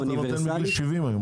מ --- דמי מחלה.